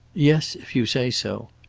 yes. if you say so.